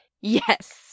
Yes